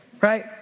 Right